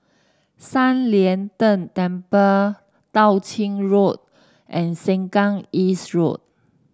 San Lian Deng Temple Tao Ching Road and Sengkang East Road